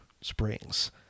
Springs